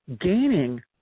gaining